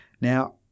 Now